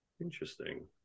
Interesting